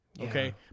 okay